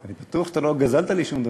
אני בטוח שלא גזלת לי שום דבר.